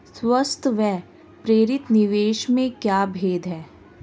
स्वायत्त व प्रेरित निवेश में क्या भेद है?